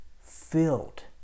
filled